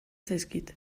zaizkit